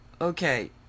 Okay